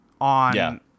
on